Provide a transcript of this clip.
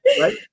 Right